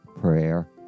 prayer